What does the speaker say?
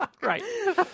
Right